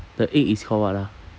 the egg is called what ah